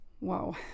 Wow